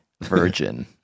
Virgin